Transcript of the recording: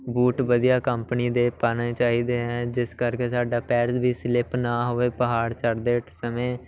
boot ਵਧੀਆ company ਦੇ ਪਾਉਣੇ ਚਾਹੀਦੇ ਹੈ ਜਿਸ ਕਰਕੇ ਸਾਡਾ ਪੈਰ ਵੀ ਸਲਿਪ ਨਾ ਹੋਵੇ ਪਹਾੜ ਚੜ੍ਹਦੇ ਸਮੇਂ